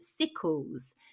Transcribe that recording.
sickles